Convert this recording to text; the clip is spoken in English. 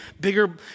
bigger